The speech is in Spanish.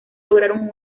lograron